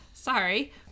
Sorry